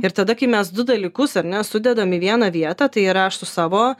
ir tada kai mes du dalykus ar ne sudedam į vieną vietą tai yra aš su savo